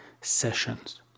sessions